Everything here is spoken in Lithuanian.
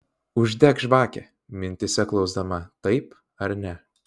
uždek žvakę mintyse klausdama taip ar ne